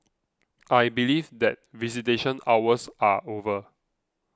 I believe that visitation hours are over